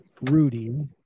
rudy